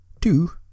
Two